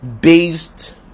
based